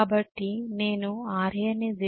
కాబట్టి నేను Ra ని 0